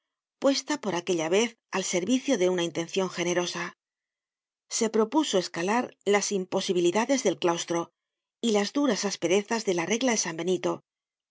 puesta por aquella vez al servicio de una intencion generosa se propuso escalar las imposibilidades del claustro y las duras asperezas de la regla de san benito